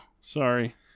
sorry